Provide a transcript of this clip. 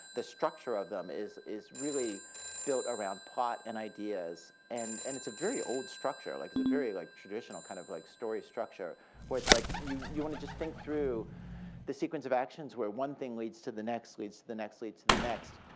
the structure of them is is really built around plot and ideas, and and it's a very old structure. like it's a very like traditional kind of like story structure where like you you want to just think through the sequence of actions where one thing leads to the next, leads to the next, leads to the next.